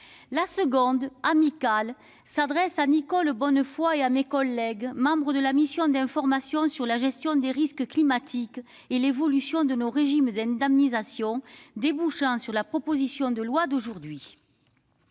La seconde pensée, amicale, s'adresse à Nicole Bonnefoy et à mes collègues membres de la mission d'information sur la gestion des risques climatiques et l'évolution de nos régimes d'indemnisation, dont les travaux ont abouti